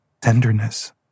tenderness